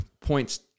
points